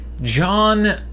John